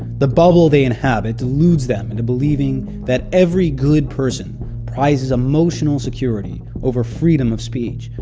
the bubble they inhabit deludes them into believing that every good person prizes emotional security over freedom of speech,